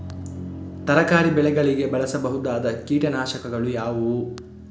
ತರಕಾರಿ ಬೆಳೆಗಳಿಗೆ ಬಳಸಬಹುದಾದ ಕೀಟನಾಶಕಗಳು ಯಾವುವು?